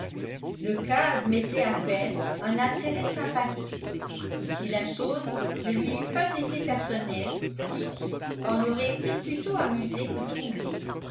le cas admettait à peine un intérêt sympathique et si la chose ne lui eût pas été personnelle kitty en aurait été plutôt amusée que troublée